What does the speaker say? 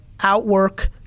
Outwork